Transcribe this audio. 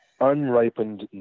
unripened